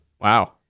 Wow